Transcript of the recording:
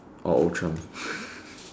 or ultra